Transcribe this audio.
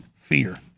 fear